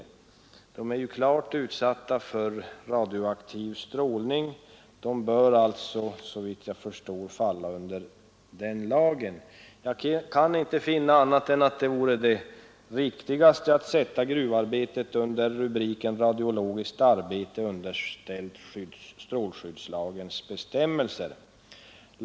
Gruvarbetarna är klart utsatta för radioaktiv strålning och bör alltså såvitt jag förstår falla under den lagen. Jag kan inte finna annat än att det riktigaste vore att sätta gruvarbete under rubriken radiologiskt arbete underställt strålskyddslagens bestämmelser.